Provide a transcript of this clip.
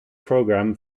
program